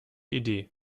idee